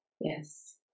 Yes